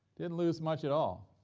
didn't lose much at all,